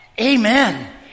Amen